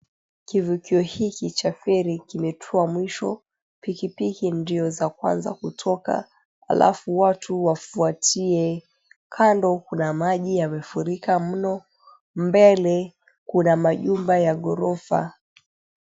Kivukio hiki cha feri kimetua mwisho. Pikipiki ndizo za kwanza kutoka alafu watu wafuatie ,kando kuna maji yamefurika mno, mbele kuna majumba ya ghorofa.